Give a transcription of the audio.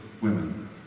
women